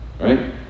Right